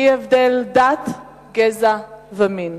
בלי הבדל דת, גזע ומין".